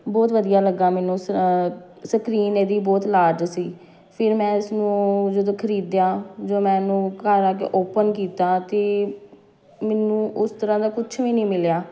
ਬਹੁਤ ਵਧੀਆ ਲੱਗਾ ਮੈਨੂੰ ਸ ਸਕਰੀਨ ਇਹਦੀ ਬਹੁਤ ਲਾਰਜ ਸੀ ਫਿਰ ਮੈਂ ਇਸਨੂੰ ਜਦੋਂ ਖ਼ਰੀਦਿਆ ਜਦੋਂ ਮੈਂ ਇਹਨੂੰ ਘਰ ਆ ਕੇ ਓਪਨ ਕੀਤਾ ਅਤੇ ਮੈਨੂੰ ਉਸ ਤਰ੍ਹਾਂ ਦਾ ਕੁਛ ਵੀ ਨਹੀਂ ਮਿਲਿਆ